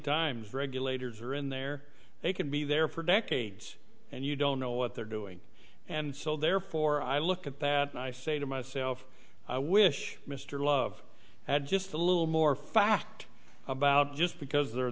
times regulators are in there they could be there for decades and you don't know what they're doing and so therefore i look at that and i say to myself i wish mr love had just a little more fact about just because there are